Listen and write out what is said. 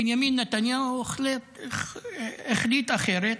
בנימין נתניהו החליט אחרת.